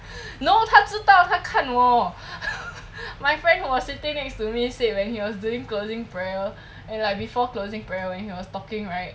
no 他知道他看我 my friend who was sitting next to me said when he was doing closing prayer and like before closing prayer when he was talking right